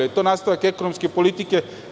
Je li to nastavak ekonomske politike DS?